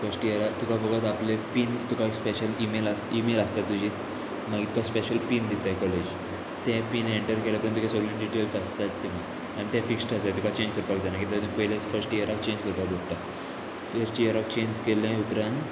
first इयराक तुका फोगत आपले पीन तुका एक स्पेशल इमेल इमेल आसता तुजी मागीर तुका स्पेशल पीन दिताय कॉलेज ते पीन एंटर केल्या पूण तुका सगळ्यो डिटेल्स आसतात तींग आनी ते फिस्ड आसा तुका चेंज करपाक जायना कित्याक पयले फस्ट इयराक चेंज करपाक पडटा फस्ट इयराक चेंज केल्ले उपरांत